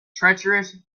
treacherous